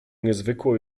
niezwykłą